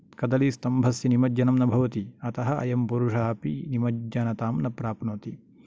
कदलिस्तम्भस्य निमज्जनं न भवति अतः अयं पुरुषः अपि निमज्जनतां न प्राप्नोति